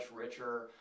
richer